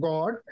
God